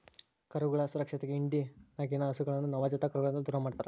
ಕರುಗಳ ಸುರಕ್ಷತೆಗೆ ಹಿಂಡಿನಗಿನ ಹಸುಗಳನ್ನ ನವಜಾತ ಕರುಗಳಿಂದ ದೂರಮಾಡ್ತರಾ